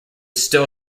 still